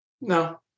No